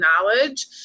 knowledge